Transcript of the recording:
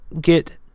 get